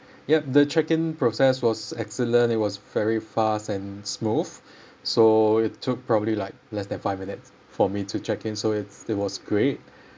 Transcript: yup the check-in process was excellent it was very fast and smooth so it took probably like less than five minutes for me to check-in so it's it was great